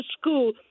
school